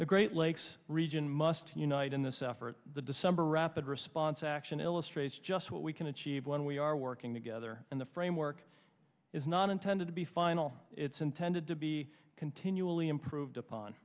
the great lakes region must unite in this effort the december rapid response action illustrates just what we can achieve when we are working together and the framework is not intended to be final it's intended to be continually improved upon